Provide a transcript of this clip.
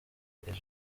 eugène